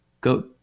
go